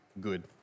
good